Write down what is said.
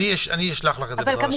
בעזרת השם.